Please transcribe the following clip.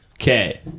Okay